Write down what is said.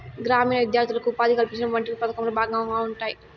గ్రామీణ విద్యార్థులకు ఉపాధి కల్పించడం వంటివి పథకంలో భాగంగా ఉంటాయి